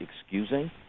excusing